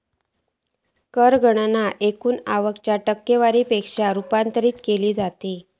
कर गणना एकूण आवक च्या टक्केवारी मध्ये रूपांतरित केली जाता